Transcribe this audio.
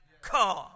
come